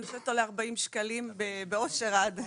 ואני חושבת שעולה 40 שקלים באושר עד.